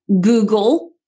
Google